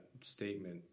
statement